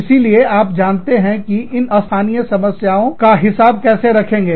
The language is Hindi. इसीलिए आप जानते हैं कि इन स्थानीय समस्याओं हिसाब कैसे रखेंगे